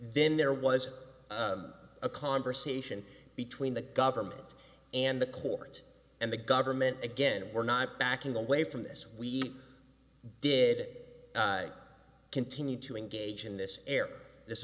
then there was a conversation between the government and the court and the government again we're not backing away from this we did continue to engage in this area this